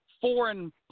foreign